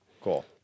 Cool